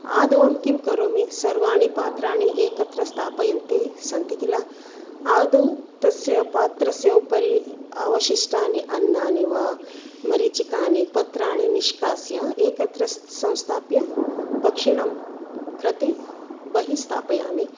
आदौ अहं किं करोमि सर्वाणि पात्राणि एकत्र स्थापयन्ती सन्ति खिल आदौ तस्य पात्रस्य उपरि अवशिष्टानि अन्ननि वा मरीचिकानि पत्राणि निष्कास्य एकत्र संस्थाप्य पक्षिणां कृते बहिः स्थापयामि